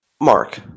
Mark